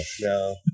No